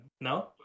No